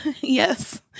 Yes